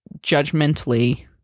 judgmentally